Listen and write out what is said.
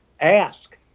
ask